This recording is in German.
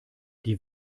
die